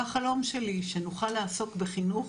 וזה החלום שלי, שנוכל לעסוק בחינוך.